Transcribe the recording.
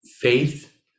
faith